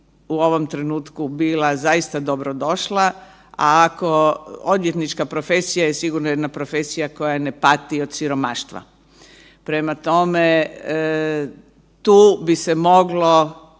u ovom trenutku bila zaista dobrodošla, a ako, odvjetnička profesija je sigurno jedna profesija koja ne pati od siromaštva. Prema tome, tu bi se moglo,